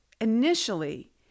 initially